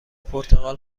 پرتقال